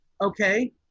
Okay